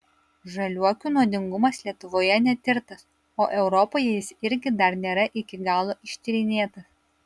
žaliuokių nuodingumas lietuvoje netirtas o europoje jis irgi dar nėra iki galo ištyrinėtas